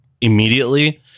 immediately